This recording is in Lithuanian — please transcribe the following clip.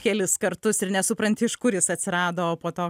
kelis kartus ir nesupranti iš kur jis atsirado o po to